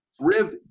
Riv